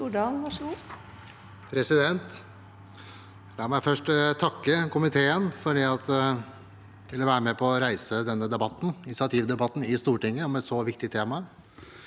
La meg først takke komiteen for å være med på å reise denne initiativdebatten i Stortinget om et så viktig tema.